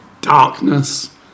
darkness